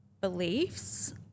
beliefs